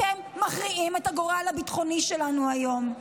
אתם מכריעים את הגורל הביטחוני שלנו היום.